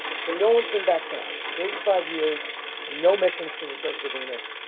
so, no one's been back since. thirty five years no missions to the surface of venus,